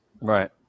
Right